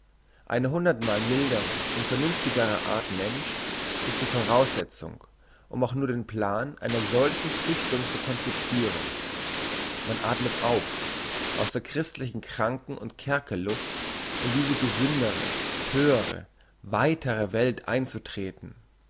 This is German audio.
eine hundert mal mildere und vernünftigere art mensch ist die voraussetzung um auch nur den plan einer solchen züchtung zu concipiren man athmet auf aus der christlichen kranken und kerkerluft in diese gesündere höhere weitere welt einzutreten